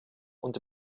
und